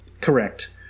Correct